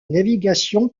navigation